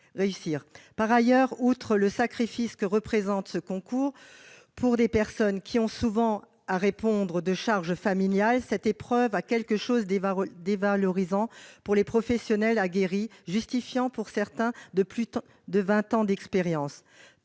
Par ailleurs, outre le sacrifice que représente ce concours pour des personnes qui ont souvent à assumer des charges familiales, cette épreuve a quelque chose de dévalorisant pour des professionnels aguerris, justifiant pour certains de plus de vingt ans d'expérience,